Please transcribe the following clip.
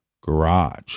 garage